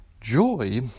joy